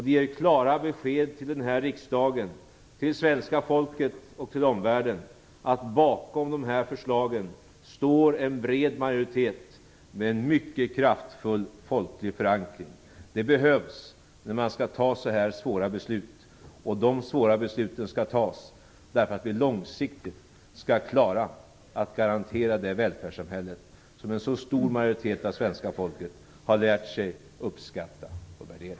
Det ger klara besked till denna riksdag, till svenska folket och till omvärlden, att bakom dessa förslag står en bred majoritet med en mycket kraftfull folklig förankring. Det behövs när man skall fatta så här svåra beslut. De svåra besluten skall fattas, därför att vi långsiktigt skall klara att garantera det välfärdssamhälle som en så stor majoritet av svenska folket har lärt sig att uppskatta och värdera.